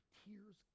tears